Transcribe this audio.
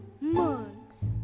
mugs